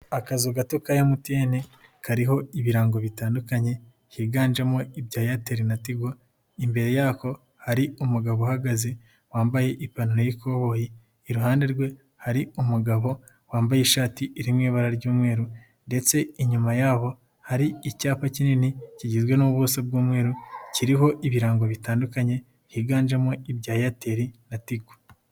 Akazu gato ka MTN kariho ibirango bitandukanye higanjemo ibya Airtel na Tigo, imbere yako hari umugabo uhagaze wambaye ipantaro y'ikoboyi, iruhande rwe hari umugabo wambaye ishati iri mu ibara ry'umweru ndetse inyuma yabo hari icyapa kinini kigizwe n'ubuso bw'umweru kiriho ibirango bitandukanye higanjemo ibya Airtel na Tigo.